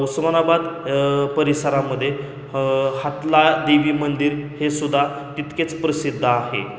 उस्मानाबाद परिसरामध्ये हातलाई देवी मंदिर हे सुद्धा तितकेच प्रसिद्ध आहे